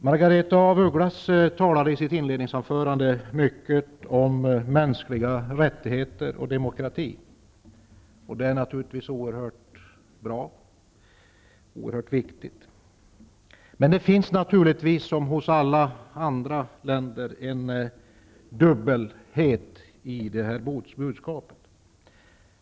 Margaretha af Ugglas talade i sitt inledningsanförande mycket om mänskliga rättigheter och demokrati, och det är naturligtvis oerhört bra och viktigt. Men det finns här som hos alla andra länder en dubbelhet i detta budskap.